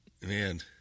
Man